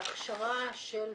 ההכשרה של צוותים,